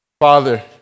Father